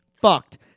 fucked